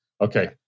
okay